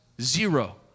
Zero